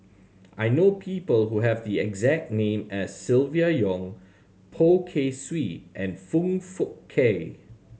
I know people who have the exact name as Silvia Yong Poh Kay Swee and Foong Fook Kay